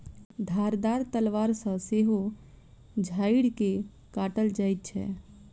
धारदार तलवार सॅ सेहो झाइड़ के काटल जाइत छै